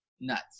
nuts